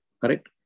Correct